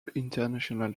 international